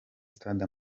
stade